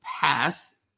pass